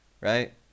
right